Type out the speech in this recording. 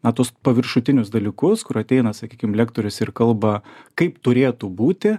na tuos paviršutinius dalykus kur ateina sakykim lektorius ir kalba kaip turėtų būti